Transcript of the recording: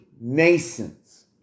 Masons